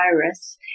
virus